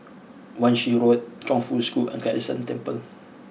Wan Shih Road Chongfu School and Kai San Temple